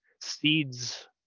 seeds